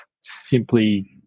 simply